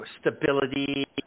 stability